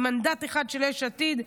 עם מנדט אחד של יש עתיד.